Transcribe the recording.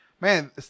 man